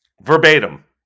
Verbatim